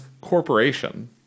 corporation